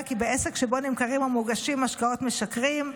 כי בעסק שבו נמכרים או מוגשים משקאות משכרים,